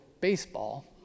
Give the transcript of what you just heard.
baseball